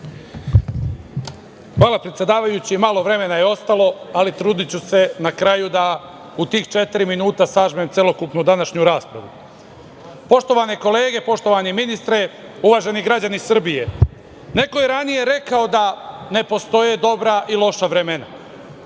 Hvala, predsedavajući. Malo vremena je ostalo, ali trudiću se na kraju da u tih četiri minuta sažmem celokupnu današnju raspravu. Poštovane kolege, poštovani ministre, uvaženi građani Srbije, neko je ranije rekao da ne postoje dobra i loša vremena,